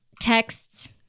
texts